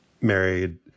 married